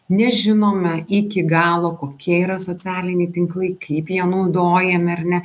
nežinome iki galo kokie yra socialiniai tinklai kaip jie naudojami ar ne